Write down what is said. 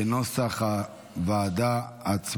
כנוסח הוועדה.